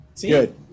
Good